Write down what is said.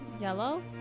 Yellow